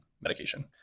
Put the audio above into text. medication